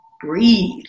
breathe